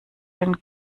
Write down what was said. den